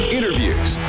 Interviews